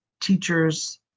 teachers